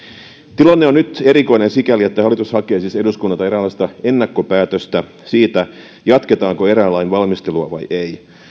tilanne on nyt erikoinen sikäli että hallitus hakee siis eduskunnalta eräänlaista ennakkopäätöstä siitä jatketaanko erään lain valmistelua vai ei